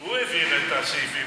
הוא העביר את הסעיפים,